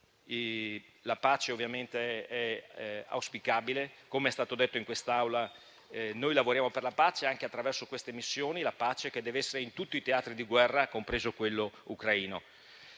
pace, che ovviamente è auspicabile e - com'è stato detto in quest'Aula - noi lavoriamo per la pace anche attraverso queste missioni. La pace deve essere auspicabile in tutti i teatri di guerra, compreso quello ucraino.